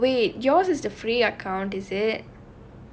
oh wait yours is the free account is it